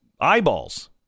eyeballs